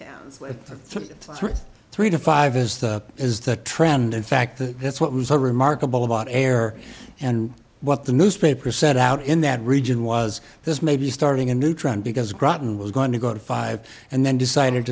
three three to five is the is the trend in fact that that's what was so remarkable about air and what the newspaper set out in that region was this may be starting a new trend because groton was going to go to five and then decided